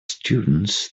students